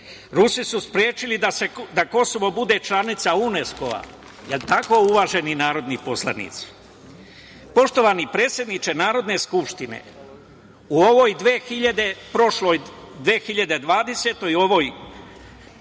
Rusi su sprečili da Kosovo članica UNESKO. Jel tako uvaženi narodni poslanici? Poštovani predsedniče Narodne skupštine u prošloj 2020. i u ovoj